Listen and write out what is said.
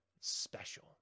special